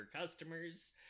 customers